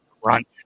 Crunch